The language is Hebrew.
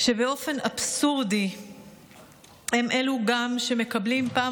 שבאופן אבסורדי הם גם אלו שמקבלים פעם